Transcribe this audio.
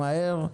מהר,